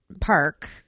Park